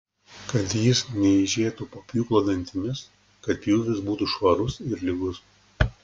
kad jis neeižėtų po pjūklo dantimis kad pjūvis būtų švarus ir lygus